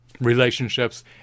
relationships